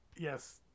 Yes